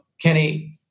Kenny